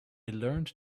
learned